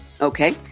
Okay